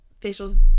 facials